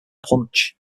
punch